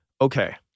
Okay